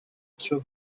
throw